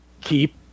keep